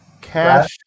Cash